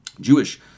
Jewish